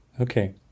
Okay